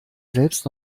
selbst